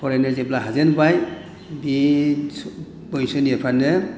फरायनो जेब्ला हाजेनबाय बे बैसोनिफ्रायनो